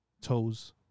toes